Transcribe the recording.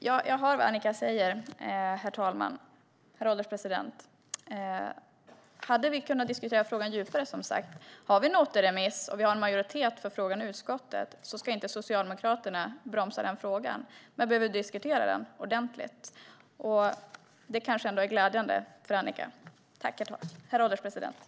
Herr ålderspresident! Jag hör vad Annicka säger. Som sagt hade vi kunnat diskutera frågan djupare. Om vi får en återremiss och en majoritet för frågan i utskottet ska inte Socialdemokraterna bromsa frågan, men vi behöver diskutera den ordentligt. Det är kanske glädjande för Annicka. : För veteranerna.)